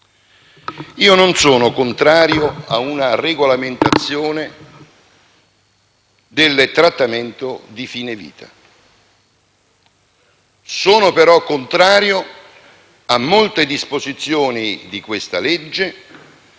Io non sono contrario a una regolamentazione del trattamento di fine vita; sono però contrario a molte disposizioni contenute nel